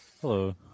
Hello